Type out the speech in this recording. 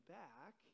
back